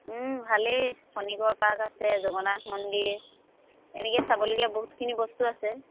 ভালেই পাৰ্ক আছে জগন্নাথ মন্দিৰ এনেকে চাবলগীয়া বহুতখিনি বস্তু আছে